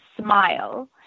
smile